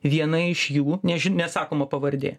viena iš jų neži nesakoma pavardė